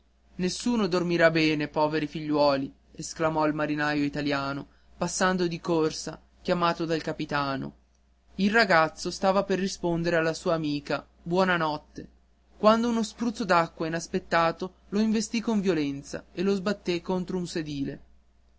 nessuno dormirà bene poveri figliuoli esclamò il marinaio italiano passando di corsa chiamando il capitano il ragazzo stava per rispondere alla sua amica buona notte quando uno spruzzo d'acqua inaspettato lo investì con violenza e lo sbatté contro un sedile